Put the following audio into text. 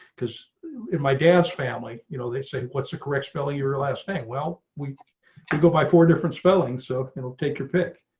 because in my dad's family, you know, they say, what's the correct spelling. your last thing. well, we could go by four different spelling, so it'll take your pick.